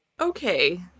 okay